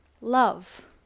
love